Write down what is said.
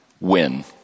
win